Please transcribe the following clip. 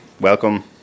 welcome